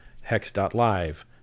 hex.live